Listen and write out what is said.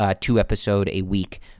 two-episode-a-week